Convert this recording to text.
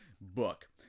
book